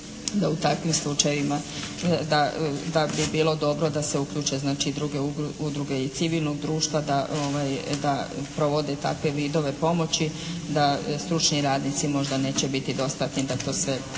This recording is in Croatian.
u takvim slučajevima da bi bilo dobro da se uključe znači i druge udruge civilnog društva da provode takve vidove pomoći, da stručni radnici možda neće biti dostatni da to sve